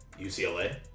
ucla